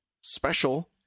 special